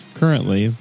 currently